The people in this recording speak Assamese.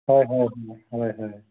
হয় হয় হয়